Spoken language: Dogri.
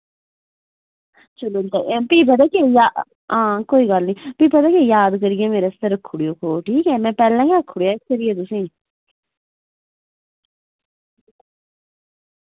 चलो फ्ही पता केह् हां कोई गल्ल निं फ्ही पता केह् याद करियै मेरे आस्तै रक्खी ओड़ेओ खोड़ ठीक ऐ में पैह्लें गै आक्खी ओड़ेआ इस करियै तुसेंगी